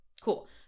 Cool